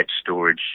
storage